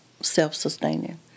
self-sustaining